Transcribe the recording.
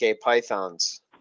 pythons